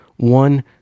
One